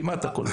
כמעט הכל.